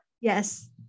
Yes